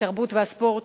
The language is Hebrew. התרבות והספורט,